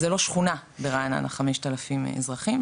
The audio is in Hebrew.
זה לא שכונה ברעננה 5,000 אזרחים,